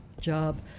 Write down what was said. job